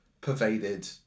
pervaded